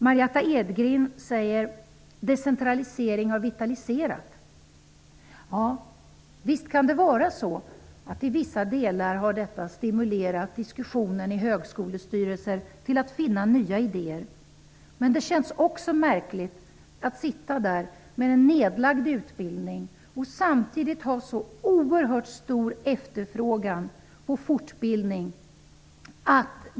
Margitta Edgren säger att decentralisering har vitaliserat. Ja, visst kan det vara så att i vissa delar har detta stimulerat diskussionerna i högskolestyrelserna till att finna nya idéer. Men det känns också märkligt med en nedlagd utbildning när det samtidigt finns en så oerhört stor efterfrågan på fortbildning.